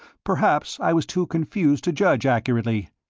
perhaps i was too confused to judge accurately.